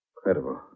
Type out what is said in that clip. Incredible